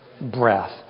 breath